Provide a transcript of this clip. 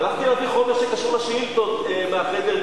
הלכתי להביא חומר שקשור לשאילתות מהחדר,